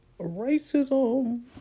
racism